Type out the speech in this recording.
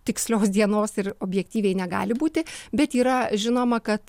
tikslios dienos ir objektyviai negali būti bet yra žinoma kad